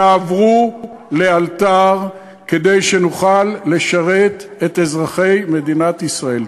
יעברו לאלתר כדי שנוכל לשרת את אזרחי מדינת ישראל.